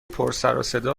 پرسرصدا